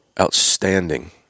outstanding